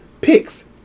picks